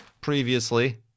previously